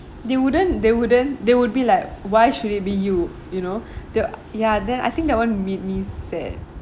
they wouldn't they wouldn't they would be like why should it be you you know the ya then I think they won't meet me instead